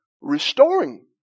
Restoring